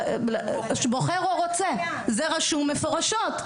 זה רשום מפורשות.